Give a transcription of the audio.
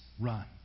run